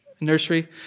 nursery